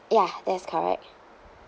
ya that's correct